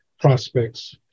prospects